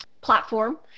platform